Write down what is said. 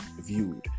viewed